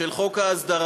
של חוק ההסדרה,